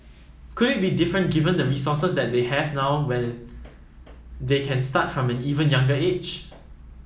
could it be different given the resources that they have now where they can start from an even younger age